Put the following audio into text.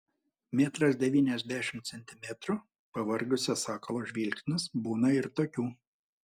metras devyniasdešimt centimetrų pavargusio sakalo žvilgsnis būna ir tokių